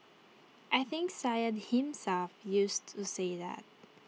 I think Syed himself used to say that